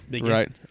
Right